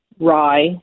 rye